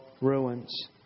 ruins